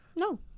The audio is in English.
No